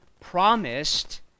promised